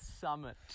summit